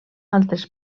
altes